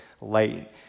light